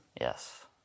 Yes